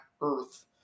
earth